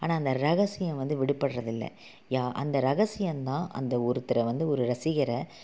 ஆனால் அந்த ரகசியம் வந்து விடுபடுறது இல்லை யா அந்த ரகசியம் தான் அந்த ஒருத்தரை வந்து ஒரு ரசிகரை